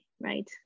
right